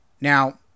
Now